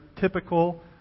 typical